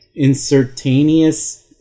insertaneous